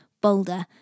Boulder